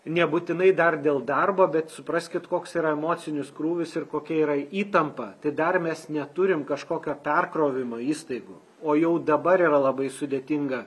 nebūtinai dar dėl darbo bet supraskit koks yra emocinis krūvis ir kokia yra įtampa tai dar mes neturim kažkokio perkrovimo įstaigų o jau dabar yra labai sudėtinga